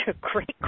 great